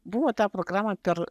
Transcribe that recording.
buvo ta programa per